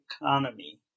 economy